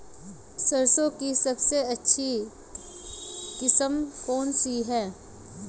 सरसों की सबसे अच्छी किस्म कौन सी है?